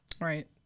right